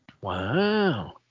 Wow